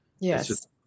Yes